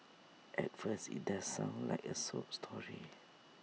at first IT does sound like A sob story